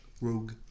rogue